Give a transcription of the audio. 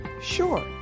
Sure